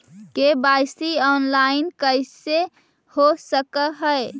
KYC online कैसे हो सक है?